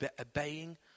obeying